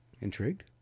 intrigued